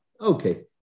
Okay